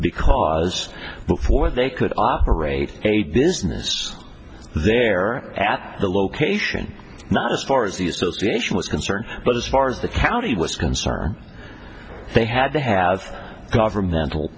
because before they could operate a business there at that location not far as the association was concerned but as far as the county was concerned they had to have governmental